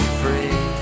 free